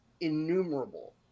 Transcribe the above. innumerable